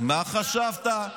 מה חשבת?